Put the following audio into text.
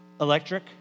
electric